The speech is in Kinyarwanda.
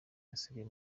asigaye